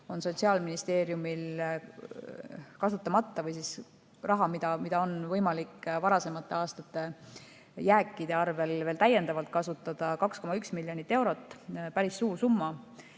on Sotsiaalministeeriumil kasutamata raha või raha, mida on võimalik varasemate aastate jäägi arvel täiendavalt kasutada, 2,1 miljonit eurot. Päris suur summa.